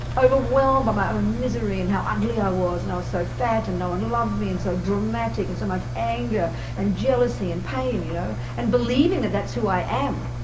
overwhelmed by my own misery and how ugly i was and i was so fat and no one loved me and so dramatic, and so much anger and jealousy and pain. you know and believing that that's who i am,